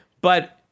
but-